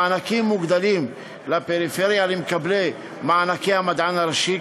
מענקים מוגדלים לפריפריה למקבלי מענקי המדען הראשי,